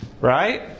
right